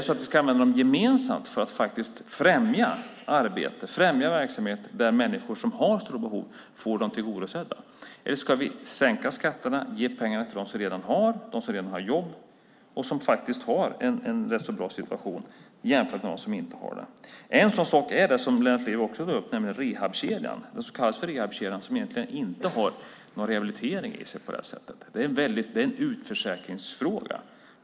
Ska vi använda dem gemensamt för att faktiskt främja arbeten och verksamheter där människor som har stora behov får dem tillgodosedda, eller ska vi sänka skatterna och ge pengarna till dem som redan har jobb och en rätt så bra situation jämfört med dem som inte har det? En sådan sak är det som Lennart Levi också tog upp, nämligen det som kallas för rehabkedjan som egentligen inte har någon rehabilitering i sig utan är en utförsäkringsfråga.